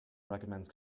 recommends